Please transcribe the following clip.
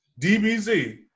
DBZ